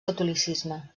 catolicisme